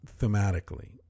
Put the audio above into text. thematically